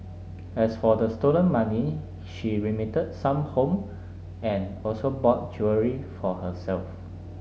as for the stolen money she remitted some home and also bought jewellery for herself